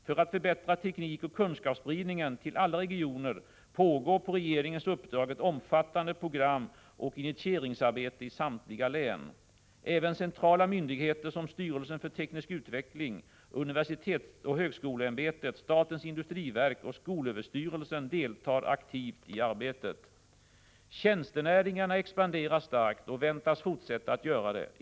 För att förbättra teknikoch kunskapsspridningen till alla regioner pågår på regeringens uppdrag ett omfattande programoch initieringsarbete i samtliga län. Även centrala myndigheter som styrelsen för teknisk utveckling, universitetsoch högskoleämbetet, statens industriverk och skolöverstyrelsen deltar aktivt i arbetet. Tjänstenäringarna expanderar starkt och väntas fortsätta att göra det.